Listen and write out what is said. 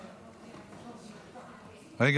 רגע,